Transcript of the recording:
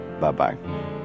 Bye-bye